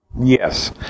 Yes